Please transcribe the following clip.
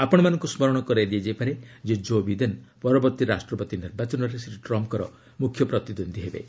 ଆପଣମାନଙ୍କୁ ସ୍କରଣ କରାଇଦିଆଯାଇପାରେ ଯେ ଜୋ ବିଦେନ୍ ପରବର୍ତ୍ତୀ ରାଷ୍ଟ୍ରପତି ନିର୍ବାଚନରେ ଶ୍ରୀ ଟ୍ରମ୍ପ୍ଙ୍କର ମ୍ରଖ୍ୟ ପ୍ରତିଦ୍ୱନ୍ଦି ହେବେ